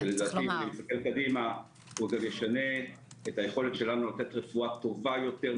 ישנה את היכולת שלנו לתת רפואה טובה יותר,